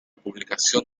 publicación